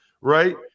right